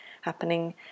happening